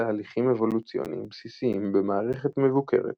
תהליכים אבולוציוניים בסיסיים במערכת מבוקרת.